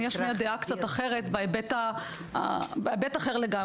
אני אשמיע דעה קצת אחרת בהיבט אחר לגמרי.